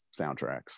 soundtracks